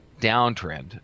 downtrend